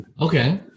okay